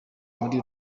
muri